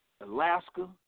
Alaska